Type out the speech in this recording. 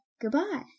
Goodbye